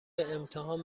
امتحان